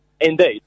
Indeed